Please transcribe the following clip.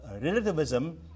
relativism